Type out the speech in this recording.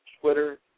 Twitter